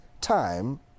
time